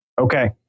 Okay